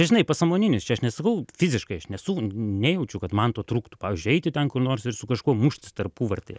žinai pasąmoninis čia aš nesakau fiziškai aš nesu nejaučiu kad man to trūktų pavyzdžiui eiti ten kur nors ir su kažkuo muštis tarpuvartėje